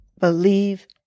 believe